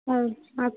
ও আচ্ছা